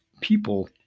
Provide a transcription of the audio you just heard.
people